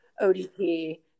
ODP